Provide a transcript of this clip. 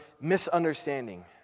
misunderstanding